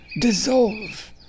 dissolve